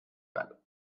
balles